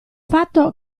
fatto